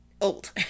old